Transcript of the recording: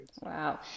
Wow